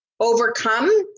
overcome